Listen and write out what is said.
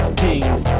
kings